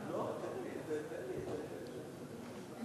על מה מוחים?